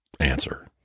answer